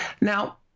Now